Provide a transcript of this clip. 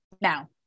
Now